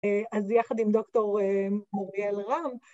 ‫אז יחד עם דוקטור מוריאל רם